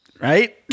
Right